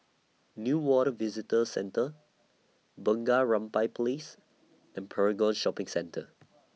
Newater Visitor Centre Bunga Rampai Place and Paragon Shopping Centre